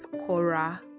Cora